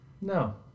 no